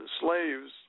slaves